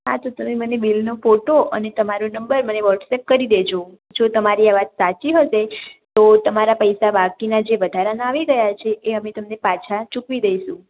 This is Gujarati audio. હા તો તમે મને બીલનો ફોટો અને તમારો નંબર મને વોટ્સઅપ કરી દેજો જો તમારી આ વાત સાચી હશે તો તમારા પૈસા બાકીના જે વધારાના આવી ગયા છે એ અમે તમને પાછા ચૂકવી દઈશું